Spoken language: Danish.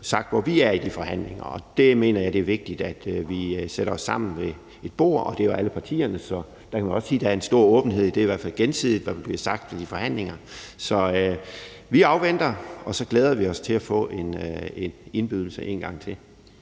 sagt, hvor vi er i de forhandlinger. Jeg mener, det er vigtigt, at alle partierne sætter sig sammen ved et bord, så der kan man også sige, at der er en stor åbenhed. Det er i hvert fald gensidigt, hvad der bliver sagt i forhandlinger, så vi afventer, og så glæder vi os til at få en indbydelse en gang til.